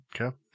Okay